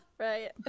right